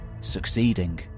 succeeding